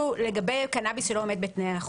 לגבי קנאביס שלא עומד בתנאי החוק.